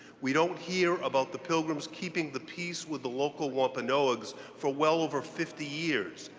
we don't hear about the pilgrims keeping the peace with the local wompanoa ags for well over fifty years,